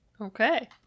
Okay